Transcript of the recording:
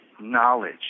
knowledge